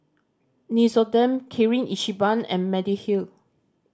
Nixoderm Kirin Ichiban and Mediheal